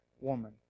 woman